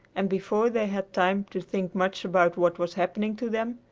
and before they had time to think much about what was happening to them,